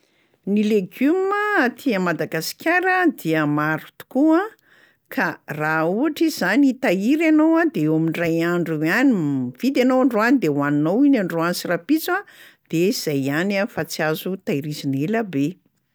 Ny legioma aty Madagasikara dia maro tokoa ka raha ohatra izy zany ka hitahiry ianao a de eo amin'ndray andro eo ihany, m- mividy ianao androany de hohaninao iny androany sy rapitso a de zay ihany a fa tsy azo tahirizina elabe.